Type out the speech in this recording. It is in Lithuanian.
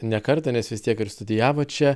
ne kartą nes vis tiek ir studijavot čia